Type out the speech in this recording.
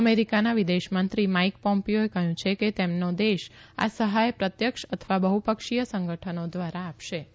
અમેરીકાના વિદેશ મંત્રી માઇક ોમ્મિ ઓએ કહયું કે તેમની દેશ આ સહાય પ્રત્યક્ષ અથવા બહુ ક્ષીય સંગઠનો ધ્વારા આ શે